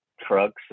trucks